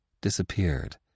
disappeared